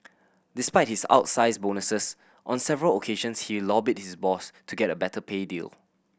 despite his outsize bonuses on several occasions he lobbied his boss to get a better pay deal